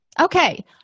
Okay